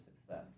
success